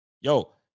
Yo